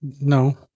No